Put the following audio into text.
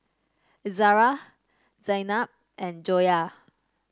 Izzara Zaynab and Joyah